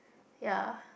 ya